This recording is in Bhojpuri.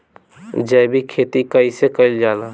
जैविक खेती कईसे कईल जाला?